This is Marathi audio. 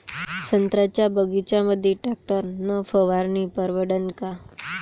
संत्र्याच्या बगीच्यामंदी टॅक्टर न फवारनी परवडन का?